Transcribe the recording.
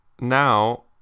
now